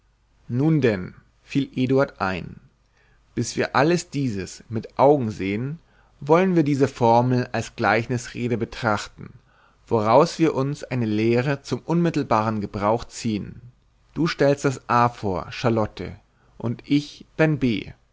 nun denn fiel eduard ein bis wir alles dieses mit augen sehen wollen wir diese formel als gleichnisrede betrachten woraus wir uns eine lehre zum unmittelbaren gebrauch ziehen du stellst das a vor charlotte und ich dein b